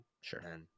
Sure